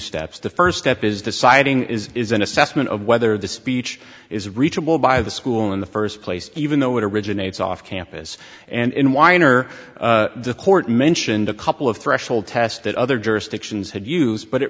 steps the first step is deciding is an assessment of whether the speech is reachable by the school in the first place even though it originates off campus and in weiner the court mentioned a couple of threshold test that other jurisdictions had used but it